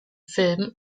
film